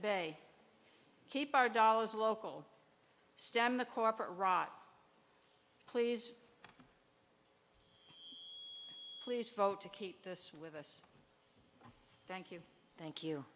bay keep our dollars local stem the corporate rot please please vote to keep this with us thank you thank you